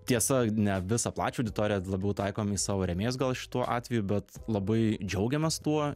tiesa ne visą plačią auditoriją labiau taikom į savo rėmėjus gal šituo atveju bet labai džiaugiamės tuo